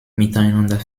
miteinander